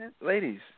ladies